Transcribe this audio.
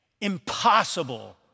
Impossible